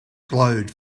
glowed